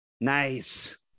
Nice